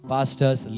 Pastors